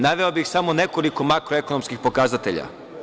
Naveo bih samo nekoliko makroekonomskih pokazatelja.